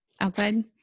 outside